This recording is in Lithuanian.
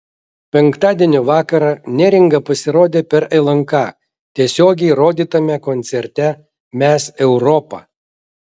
penktadienio vakarą neringa pasirodė per lnk tiesiogiai rodytame koncerte mes europa